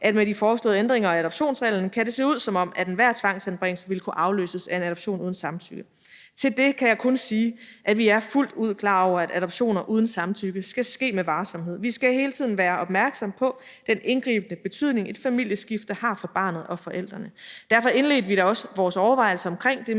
det med de foreslåede ændringer af adoptionsreglerne kan se ud, som om enhver tvangsanbringelse vil kunne afløses af en adoption uden samtykke. Der kan jeg kun sige, at vi fuldt ud er klar over, at adoption uden samtykke skal ske med varsomhed. Vi skal hele tiden være opmærksomme på den indgribende betydning, som et familieskifte har for barnet og forældrene. Derfor indledte vi da også vores overvejelser omkring det